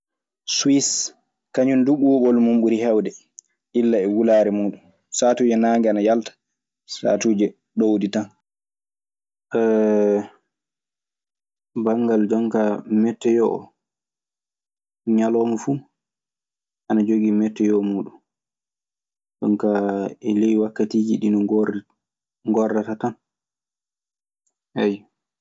Suise kaŋum dun ɓubol mun ɓuri hewde illa e wulare mudum satuji nage ana yalta satuji ɗowdi tane. Banngal jonkaa metteyoo oo, ñalawma fuu ana jogii metteyoo muuɗun. Jonkaa e ley wakkatiiji ɗii no ngorri, no ngorrata tan. Ayyo.